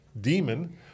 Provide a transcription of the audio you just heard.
Demon